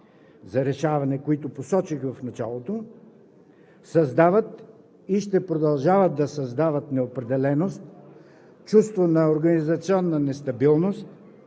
за решаване, които посочих в началото, създават и ще продължават да създават неопределеност, чувство на организационна нестабилност